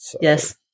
yes